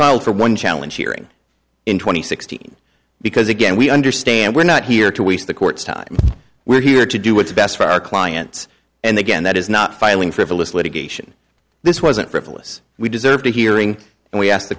filed for one challenge hearing in two thousand and sixteen because again we understand we're not here to waste the court's time we're here to do what's best for our clients and again that is not filing frivolous litigation this wasn't frivolous we deserved a hearing and we asked the